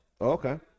Okay